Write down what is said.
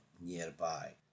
nearby